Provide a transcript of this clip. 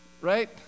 Right